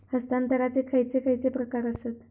हस्तांतराचे खयचे खयचे प्रकार आसत?